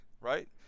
Right